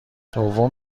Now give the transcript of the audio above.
دوم